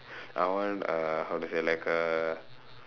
I want uh how to say like a